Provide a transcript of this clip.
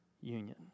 union